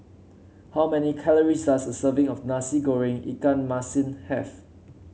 how many calories does a serving of Nasi Goreng Ikan Masin have